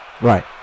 Right